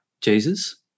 Jesus